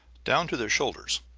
down to their shoulders,